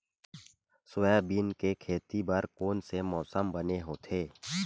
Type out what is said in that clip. Soybean के खेती बर कोन से मौसम बने होथे?